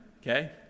Okay